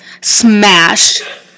Smash